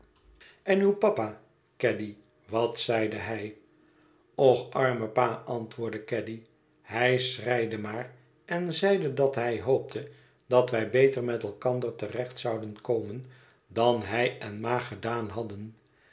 en uw papa oaddy wat zeide hij och arme pa antwoordde caddy hij schreide maar en zeide dat hij hoopte dat wij beter met elkander te recht zouden komen dan hij en ma gedaan hadden